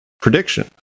prediction